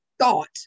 thought